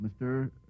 Mr